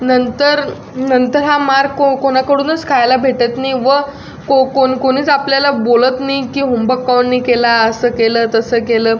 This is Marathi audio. नंतर नंतर हा मार को कोणाकडूनच खायला भेटत नाही व को को कोणीच आपल्याला बोलत नाही की होमवर्क काऊन नाही केला असं केलं तसं केलं